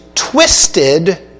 twisted